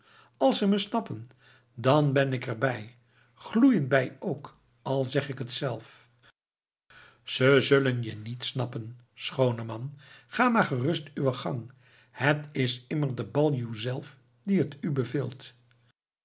als ze me snappen dan ben ik er bij gloeiend bij ook al zeg ik het zelf ze zullen je niet snappen schooneman ga maar gerust uwen gang het is immer de baljuw zelf die het u